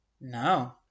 No